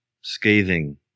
scathing